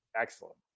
Excellent